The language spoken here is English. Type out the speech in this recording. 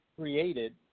created